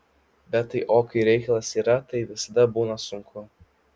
bet tai o kai reikalas yra tai visada būna sunku